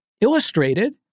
illustrated